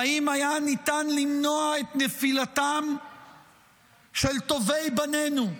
ואם היה ניתן למנוע את נפילתם של טובי בנינו הגיבורים,